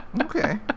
okay